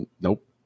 nope